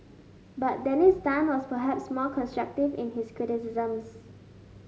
but Dennis Tan was perhaps more constructive in his criticisms